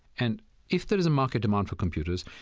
and if there is a market demand for computers,